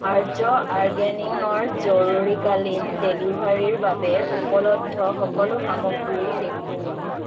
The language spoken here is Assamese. আৰ্য অৰ্গেনিকৰ জৰুৰীকালীন ডেলিভাৰীৰ বাবে উপলব্ধ সকলো সামগ্ৰী দেখুওৱা